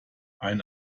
ein